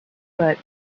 but